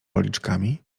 policzkami